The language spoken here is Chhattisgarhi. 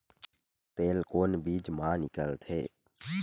तेल कोन बीज मा निकलथे?